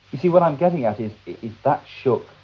you see what i'm getting at here if that shook.